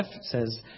says